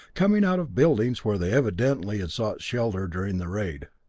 coming out of buildings where they evidently had sought shelter during the raid.